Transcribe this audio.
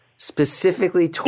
specifically